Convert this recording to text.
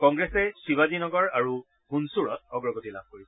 কংগ্ৰেছে শিৱাজী নগৰ আৰু হুনছুৰত অগ্ৰগতি লাভ কৰিছে